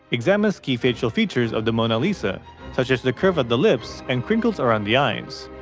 examines key facial features of the mona lisa such as the curve of the lips and crinkles around the eyes.